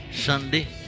Sunday